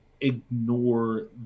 ignore